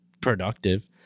productive